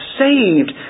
saved